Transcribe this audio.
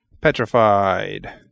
Petrified